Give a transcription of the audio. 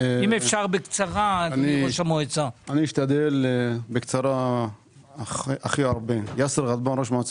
צריך להסתכל לפריפריה, לגליל המערבי ולעובדים